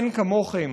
אין כמוכם,